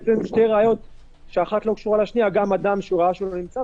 למעשה יש שתי צורות לתאר את המידע שאנחנו מקבלים מהחברה.